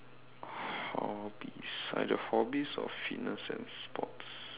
hobbies either hobbies or fitness and sports